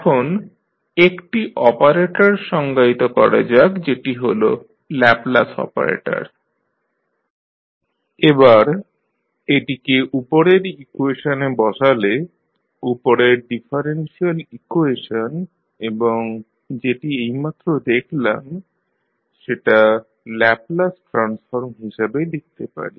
এখন একটি অপারেটর সংজ্ঞায়িত করা যাক যেটি হল ল্যাপলাস অপারেটর skdkdtkk12n এবার এটিকে উপরের ইকুয়েশনে বসালে উপরের ডিফারেনশিয়াল ইকুয়েশন এবং যেটি এইমাত্র দেখলাম সেটা ল্যাপলাস ট্রান্সফর্ম হিসাবে লিখতে পারি